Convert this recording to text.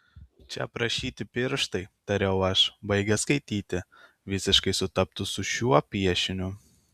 čia aprašyti pirštai tariau aš baigęs skaityti visiškai sutaptų su šiuo piešiniu